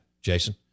Jason